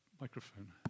microphone